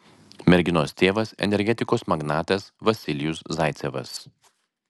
merginos tėvas energetikos magnatas vasilijus zaicevas